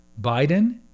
Biden